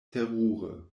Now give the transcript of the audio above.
terure